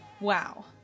Wow